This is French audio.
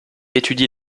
étudie